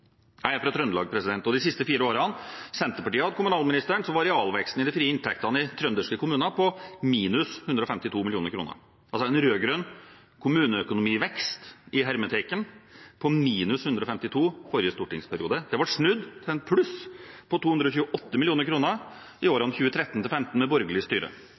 Jeg er fra Trøndelag, og de siste fire årene Senterpartiet hadde kommunalministeren, var realveksten i de frie inntektene i trønderske kommuner på minus 152 mill. kr. Altså en rød-grønn kommuneøkonomi-«vekst» på minus 152 mill. kr forrige stortingsperiode, ble snudd til pluss 228 mill. kr i årene 2013–2015 med borgerlig styre.